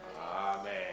Amen